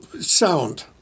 sound